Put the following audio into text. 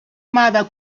mother